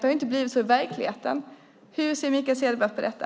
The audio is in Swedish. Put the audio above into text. Det har inte blivit som det var tänkt i verkligheten. Hur ser Mikael Cederbratt på detta?